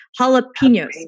Jalapenos